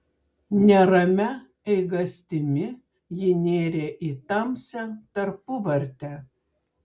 neramia eigastimi ji nėrė į tamsią tarpuvartę